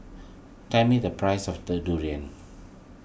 tell me the price of the Durian